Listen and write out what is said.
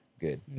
good